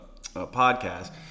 podcast